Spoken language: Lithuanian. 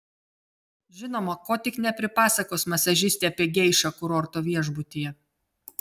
žinoma ko tik nepripasakos masažistė apie geišą kurorto viešbutyje